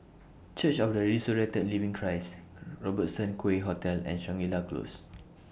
Church of The Resurrected Living Christ Robertson Quay Hotel and Shangri La Close